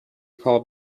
call